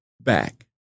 back